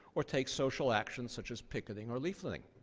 or take social action such as picketing or leafleting.